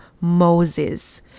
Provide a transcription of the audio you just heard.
moses